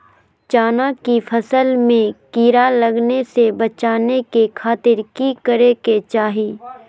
चना की फसल में कीड़ा लगने से बचाने के खातिर की करे के चाही?